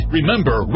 Remember